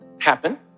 happen